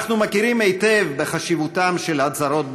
אנחנו מכירים היטב בחשיבותן של הצהרות בין-לאומיות,